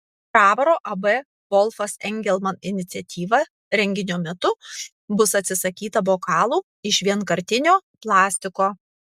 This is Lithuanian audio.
bravoro ab volfas engelman iniciatyva renginio metu bus atsisakyta bokalų iš vienkartinio plastiko